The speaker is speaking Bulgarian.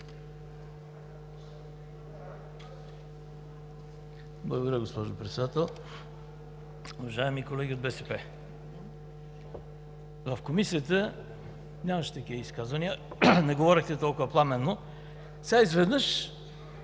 Благодаря, госпожо Председател. Уважаеми колеги от БСП, в Комисията нямаше такива изказвания, не говорехте толкова пламенно. Сега изведнъж